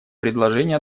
предложение